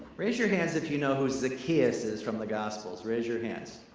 raise your hands if you know who zacchaeus is from the gospels, raise your hands.